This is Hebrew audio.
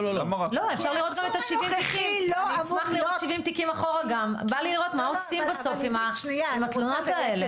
בא לי לראות מה עושים בסוף עם התלונות האלה.